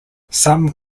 some